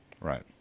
Right